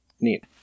neat